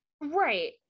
Right